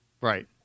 Right